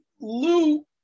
Lou